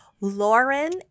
Lauren